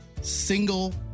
single